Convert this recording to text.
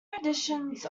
editions